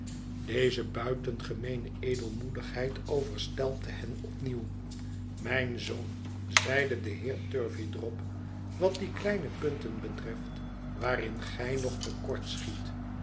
deze buitengemeene edelmoedigheid overstelpte hen opnieuw mijn zoon zeide de heer turveydrop wat die kleine punten betreft waarin gij nog te kort schiet